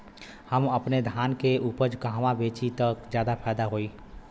हम अपने धान के उपज कहवा बेंचि त ज्यादा फैदा होई?